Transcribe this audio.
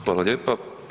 Hvala lijepa.